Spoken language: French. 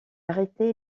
arrêté